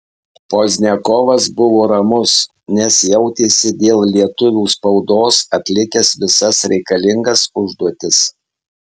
pozdniakovas buvo ramus nes jautėsi dėl lietuvių spaudos atlikęs visas reikalingas užduotis